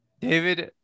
David